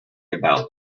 about